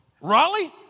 Raleigh